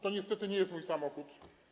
To niestety nie jest mój samochód.